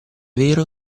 vero